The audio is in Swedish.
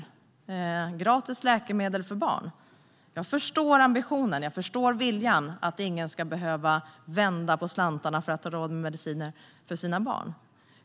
Beträffande gratis läkemedel för barn förstår jag ambitionen och viljan att ingen ska behöva vända på slantarna för att få råd med medicin till sina barn.